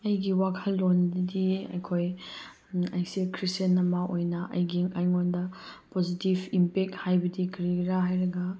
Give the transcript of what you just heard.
ꯑꯩꯒꯤ ꯋꯥꯈꯜꯂꯣꯟꯗꯤ ꯑꯩꯈꯣꯏ ꯑꯩꯁꯦ ꯈ꯭ꯔꯤꯁꯇꯤꯌꯥꯟ ꯑꯃ ꯑꯣꯏꯅ ꯑꯩꯒꯤ ꯑꯩꯉꯣꯟꯗ ꯄꯣꯖꯤꯇꯤꯐ ꯏꯝꯄꯦꯛ ꯍꯥꯏꯕꯗꯤ ꯀꯔꯤꯔꯥ ꯍꯥꯏꯔꯒ